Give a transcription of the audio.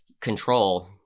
control